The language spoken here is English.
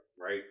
right